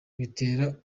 bitera